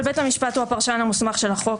בית המשפט הוא הפרשן המוסמך של החוק.